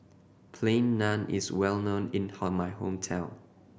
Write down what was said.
Plain Naan is well known in my hometown